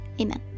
Amen